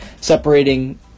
separating